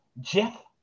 Jeff